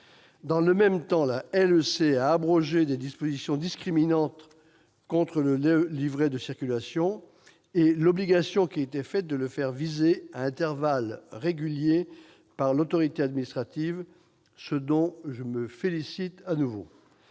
Dans le même temps, la LEC a abrogé des dispositions discriminantes, comme le livret de circulation et l'obligation qui était faite de le faire viser à intervalles réguliers par l'autorité administrative, ce dont je me félicite de nouveau.